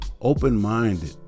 open-minded